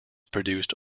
produced